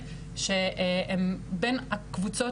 אנחנו מרגישות ומוצאות את עצמנו רצות ממקום למקום,